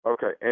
Okay